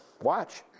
watch